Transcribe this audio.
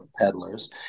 peddlers